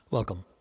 Welcome